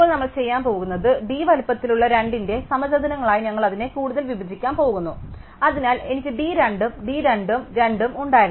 ഇപ്പോൾ നമ്മൾ ചെയ്യാൻ പോകുന്നത് d വലുപ്പത്തിലുള്ള 2 ന്റെ സമചതുരങ്ങളായി ഞങ്ങൾ അതിനെ കൂടുതൽ വിഭജിക്കാൻ പോകുന്നു അതിനാൽ എനിക്ക് d 2 ഉം d 2 ഉം 2 ഉം ഉണ്ടായിരുന്നു